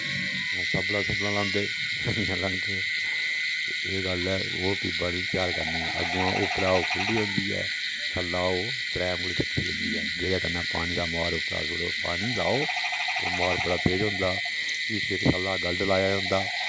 हां सब्बला सुब्बला लांदे तनिया लांदे एह् गल्ल ऐ ओह् फ्ही बड़ी त्यार करनी अग्गोआं उप्परा ओह् खुल्ली होंदी ऐ थल्ला ओह् त्रै उंगली रक्खी होंदी ऐ जेह्दे कन्नै पानी दा मुहार उप्परा सुट्टो पानी लाओ ओह् मुहार बड़ा तेज होंदा फ्ही उसी इक थल्ले दा गल्ड लाया जंदा